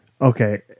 Okay